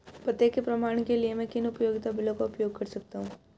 पते के प्रमाण के लिए मैं किन उपयोगिता बिलों का उपयोग कर सकता हूँ?